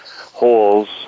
holes